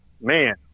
man